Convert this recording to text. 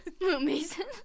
Mason